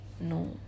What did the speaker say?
No